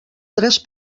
tres